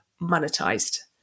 monetized